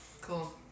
Cool